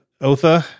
Otha